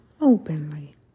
openly